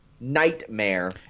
nightmare